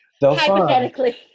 Hypothetically